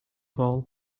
paul